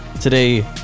today